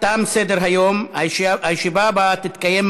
ובהצעת חוק בעניין תקופת לידה והורות נתקבלה.